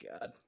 God